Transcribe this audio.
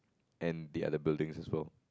and the other building as well